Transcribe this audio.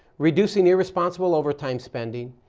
reducing irresponsible overtime spending,